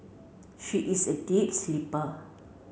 she is a deep sleeper